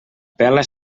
pela